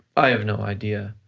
i have no idea,